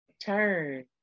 turn